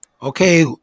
Okay